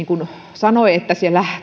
sanoi että